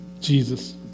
Jesus